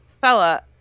fella